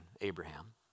Abraham